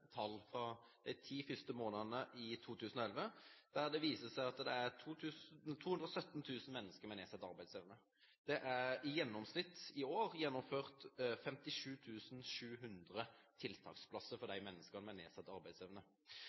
fra de ti første månedene i 2011, og det viser seg at det er 217 000 mennesker med nedsatt arbeidsevne. Det er i gjennomsnitt i år gjennomført 57 700 tiltaksplasser for mennesker med nedsatt arbeidsevne.